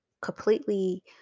completely